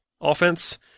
offense